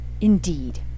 indeed